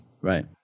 right